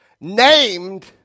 named